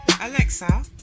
Alexa